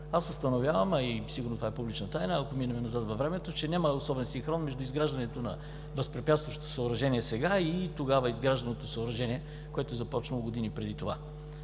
Аз установявам, а и сигурно това е публична тайна, ако минем назад във времето, че няма особен синхрон между изграждането на възпрепятстващото съоръжение сега и тогава изгражданото съоръжение, което е започнало години преди това.